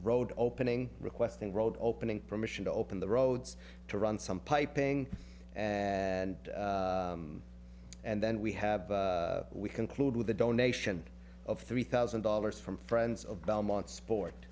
road opening requesting road opening permission to open the roads to run some piping and and then we have we conclude with a donation of three thousand dollars from friends of belmont sport